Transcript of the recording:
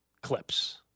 Clips